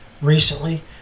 recently